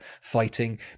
fighting